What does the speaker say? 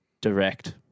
direct